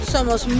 Somos